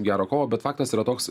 gerą kovą bet faktas yra toks